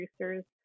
producers